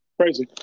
Crazy